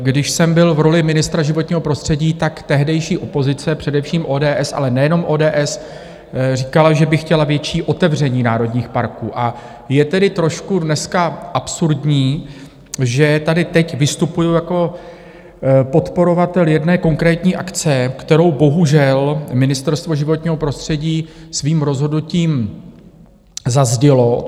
Když jsem byl v roli ministra životního prostředí, tehdejší opozice, především ODS, ale nejenom ODS, říkala, že by chtěla větší otevření národních parků, a je tedy trošku dneska absurdní, že tady teď vystupuji jako podporovatel jedné konkrétní akce, kterou bohužel Ministerstvo životního prostředí svým rozhodnutím zazdilo.